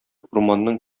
урманның